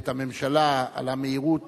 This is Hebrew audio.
ואת הממשלה על המהירות,